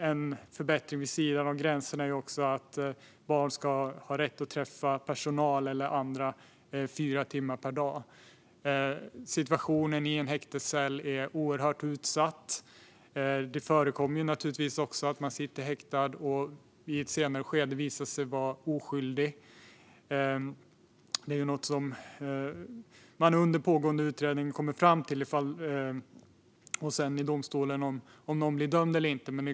En förbättring vid sidan av gränserna är också att barn ska ha rätt att träffa personal eller andra fyra timmar per dag. Situationen i en häktescell är oerhört utsatt. Det förekommer naturligtvis också att någon sitter häktad och i ett senare skede visar sig vara oskyldig. Det är något som man under pågående utredning kommer fram till eller om någon blir dömd eller inte i domstolen.